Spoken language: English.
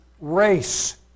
race